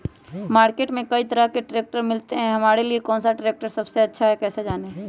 Market में कई तरह के ट्रैक्टर मिलते हैं हमारे लिए कौन सा ट्रैक्टर सबसे अच्छा है कैसे जाने?